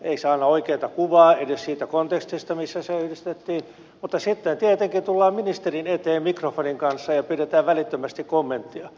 ei se anna oikeata kuvaa edes siitä kontekstista missä se esitettiin mutta sitten tietenkin tullaan ministerin eteen mikrofonin kanssa ja pyydetään välittömästi kommenttia